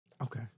Okay